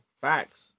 Facts